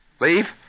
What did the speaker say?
Leave